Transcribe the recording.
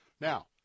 Now